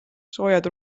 soojad